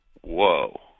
whoa